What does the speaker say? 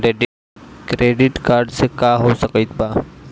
Credit card से का हो सकइत बा?